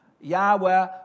Yahweh